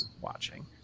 watching